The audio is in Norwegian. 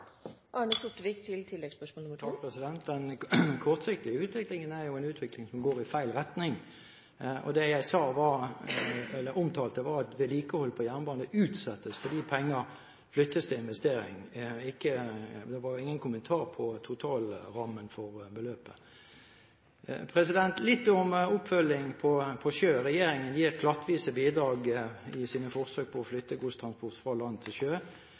Den kortsiktige utviklingen er jo en utvikling som går i feil retning. Det jeg omtalte, var at vedlikehold på jernbane utsettes fordi penger flyttes til investering. Det var jo ingen kommentar til totalrammen for beløpet. Litt om oppfølging på sjø: Regjeringen gir klattvise bidrag i sine forsøk på å flytte godstransport fra land til sjø.